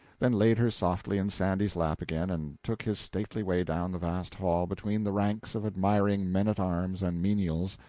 then laid her softly in sandy's lap again and took his stately way down the vast hall, between the ranks of admiring men-at-arms and menials,